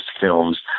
films